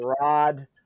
Rod